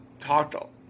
talked